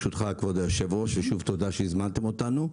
שוב, תודה שהזמנתם אותנו.